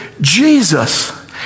Jesus